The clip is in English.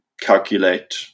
calculate